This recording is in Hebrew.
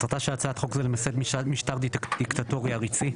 מטרתה של הצעת החוק למסד משטר דיקטטורי עריצי.